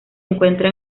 encuentra